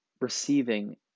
Receiving